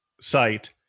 site